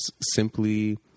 simply